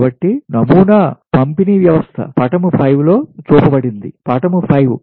కాబట్టి నమూనా పంపిణీ వ్యవస్థ పటము 5 లో చూపబడింది పటము 5